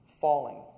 falling